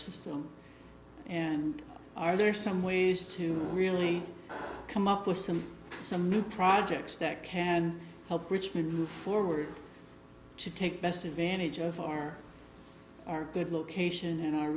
system and are there some ways to really come up with some some new projects that can help richmond move forward to take best advantage of our our good location and